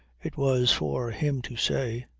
it was for him to say.